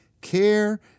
Care